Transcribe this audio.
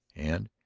and,